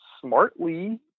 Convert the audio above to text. smartly